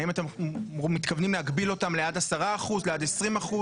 האם אתם מתכוונים להגביל אותם לעד 10%, לעד 20%?